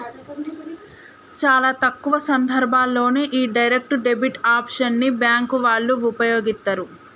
చాలా తక్కువ సందర్భాల్లోనే యీ డైరెక్ట్ డెబిట్ ఆప్షన్ ని బ్యేంకు వాళ్ళు వుపయోగిత్తరు